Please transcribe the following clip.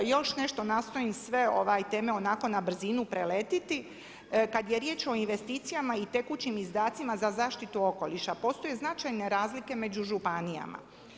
Još nešto, nastojim sve teme onako na brzinu preletite, kad je riječ o investicijama i tekućim izdacima za zaštitu okoliša, postoji značajne razlike među županijama.